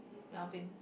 Melvin